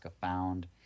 found